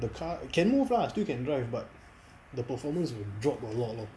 the car can move lah still can drive but the performance will drop a lot a lot